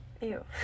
Ew